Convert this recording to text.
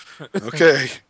Okay